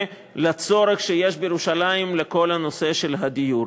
לצורך שיש בירושלים בכל הנושא של הדיור.